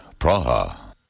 Praha